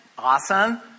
Awesome